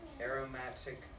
aromatic